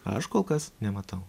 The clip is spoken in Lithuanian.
aš kol kas nematau